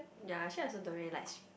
ya actually I also don't really like